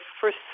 first